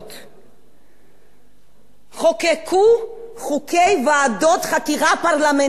חוקקו חוקי ועדות חקירה פרלמנטריות בזמן שיש,